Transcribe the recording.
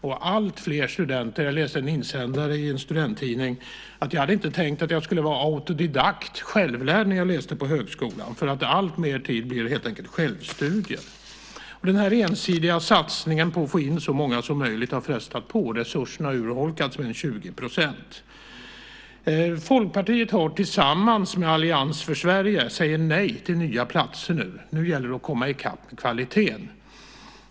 Jag läste en insändare i en studenttidning där det stod: Jag hade inte tänkt att jag skulle vara autodidakt, självlärd, när jag läste på högskola. Alltmer tid blir helt enkelt självstudier. Denna ensidiga satsning på att få in så många som möjligt har frestat på, och resurserna har urholkats med omkring 20 %. Folkpartiet, och övriga partier som ingår i Allians för Sverige, säger nej till nya platser nu. Nu gäller det att komma i kapp i fråga om kvaliteten.